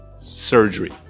surgery